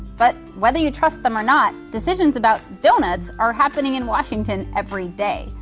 but whether you trust them or not, decisions about donuts are happening in washington every day,